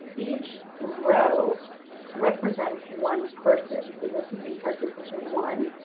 each row represents one person, so this would be participant one.